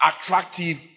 attractive